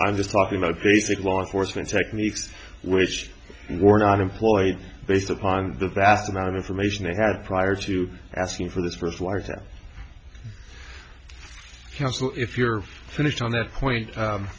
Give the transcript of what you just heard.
i'm just talking about basic law enforcement techniques which were not employed based upon the vast amount of information they had prior to asking for this first larger council if you're finished on that point